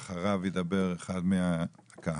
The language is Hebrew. ואחריו ידבר אחד מהקהל.